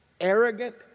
arrogant